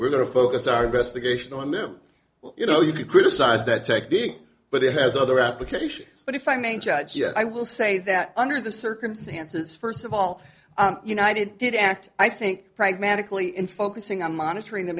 we're going to focus our investigation on them you know you can criticize that technique but it has other applications but if i may judge i will say that under the circumstances first of all united did act i think pragmatically in focusing on monitoring the